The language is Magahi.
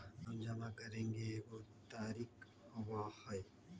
लोन जमा करेंगे एगो तारीक होबहई?